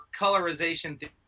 colorization